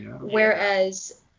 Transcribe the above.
Whereas